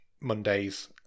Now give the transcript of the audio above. Mondays